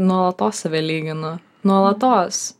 nuolatos save lyginu nuolatos